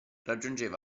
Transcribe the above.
raggiungeva